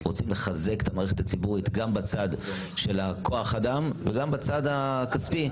רוצים לחזק את המערכת הציבורית גם בצד של כוח האדם וגם בצד הכספי,